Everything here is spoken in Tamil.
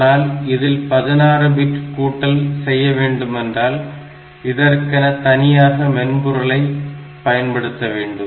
ஆனால் இதில் 16 பிட் கூட்டல் செய்யவேண்டுமென்றால் இதற்கென தனியாக மென்பொருளை பயன்படுத்த வேண்டும்